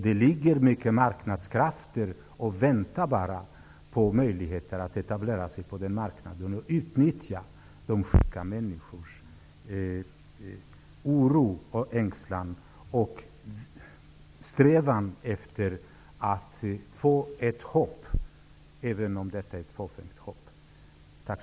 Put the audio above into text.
Det ligger många marknadskrafter och bara väntar på att få etablera sig på marknaden och utnyttja sjuka människors oro, ängslan och strävan efter ett hopp, även om det är fåfängt sådant.